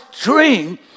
dream